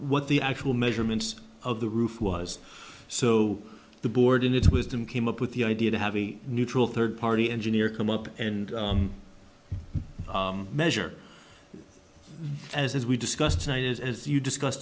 what the actual measurements of the roof was so the board in its wisdom came up with the idea to have a neutral third party engineer come up and measure as we discussed tonight is as you discuss